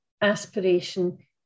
aspiration